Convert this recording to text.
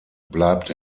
bleibt